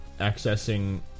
accessing